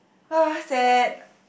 !ah! sad